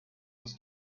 ins